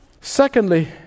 Secondly